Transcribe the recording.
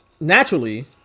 naturally